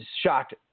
shocked